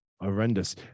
Horrendous